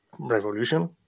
revolution